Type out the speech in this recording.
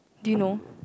do you know